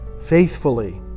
faithfully